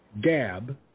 Gab